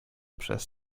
przez